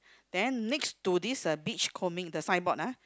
then next to this uh beach combing the signboard ah